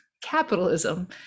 capitalism